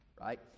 right